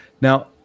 Now